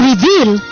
reveal